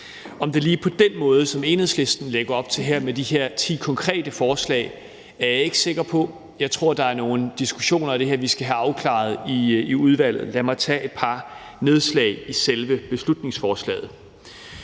Om det lige skal være på den måde, som Enhedslisten lægger op til her med de her ti konkrete forslag, er jeg ikke sikker på. Jeg tror, der er nogle diskussioner om det her, vi skal have afklaret i udvalget. Lad mig tage et par nedslag i selve beslutningsforslaget.